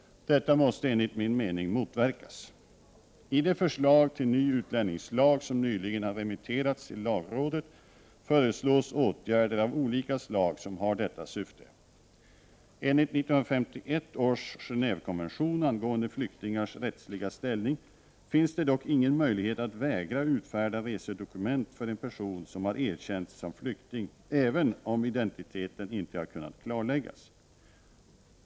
Detta måste enligt min mening motverkas. I det förslag till ny utlänningslag som nyligen har remitterats till lagrådet föreslås åtgärder av olika slag som har detta syfte. Enligt 1951 års Genévekonvention angående flyktingars rättsliga ställning finns det dock ingen möjlighet att vägra utfärda resedokument för en person som har erkänts som flykting även om identiteten inte har kunnat klarläggas.